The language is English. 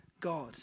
God